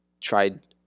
tried